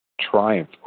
triumph